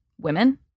women